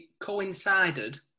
coincided